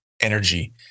energy